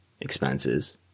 expenses